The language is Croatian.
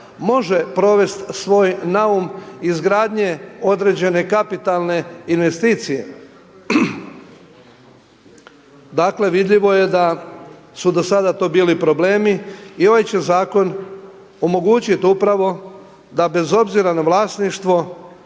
može provesti svoj naum izgradnje određene kapitalne investicije. Dakle, vidljivo je da su do sada to bili problemi i ovaj će zakon omogućiti upravo da bez obzira na vlasništvo